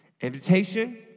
invitation